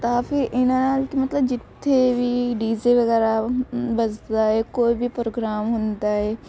ਤਾਂ ਫਿਰ ਇਹਨਾਂ ਨਾਲ ਕਿ ਮਤਲਬ ਜਿੱਥੇ ਵੀ ਡੀ ਜੇ ਵਗੈਰਾ ਵੱਜਦਾ ਏ ਕੋਈ ਵੀ ਪ੍ਰੋਗਰਾਮ ਹੁੰਦਾ ਏ